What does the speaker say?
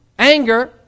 Anger